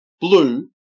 blue